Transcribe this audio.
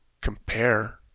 compare